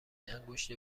انگشت